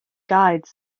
guides